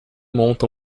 monta